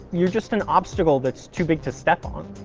you're just an obstacle that's too big to step on.